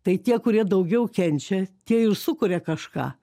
tai tie kurie daugiau kenčia tie ir sukuria kažką